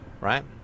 right